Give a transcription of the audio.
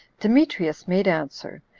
demetrius made answer,